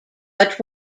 but